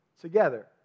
together